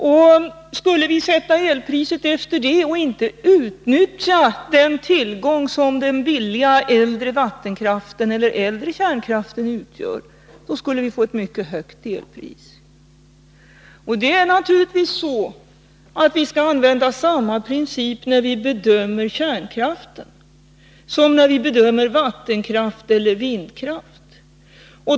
Om vi skulle sätta elpriset efter det och inte utnyttja den tillgång som den billiga äldre vattenkraften eller äldre kärnkraften utgör, skulle vi få ett mycket högt elpris. Vi skall naturligtvis använda samma princip när vi bedömer kärnkraft som när vi bedömer vattenkraft eller vindkraft.